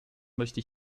möchte